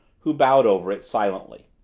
who bowed over it silently.